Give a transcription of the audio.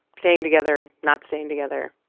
staying together, not staying together.